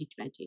2020